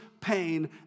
pain